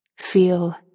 feel